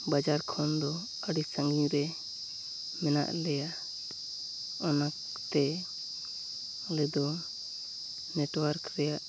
ᱵᱟᱡᱟᱨ ᱠᱷᱚᱱᱫᱚ ᱟᱹᱰᱤ ᱥᱟᱺᱜᱤᱧᱨᱮ ᱢᱮᱱᱟᱜᱞᱮᱭᱟ ᱚᱱᱟᱛᱮ ᱟᱞᱮᱫᱚ ᱱᱮᱴᱚᱣᱟᱨᱠ ᱨᱮᱭᱟᱜ